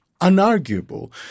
unarguable